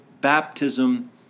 baptism